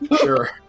Sure